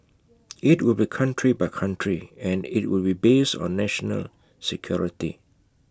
IT will be country by country and IT will be based on national security